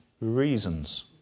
reasons